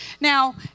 Now